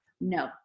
No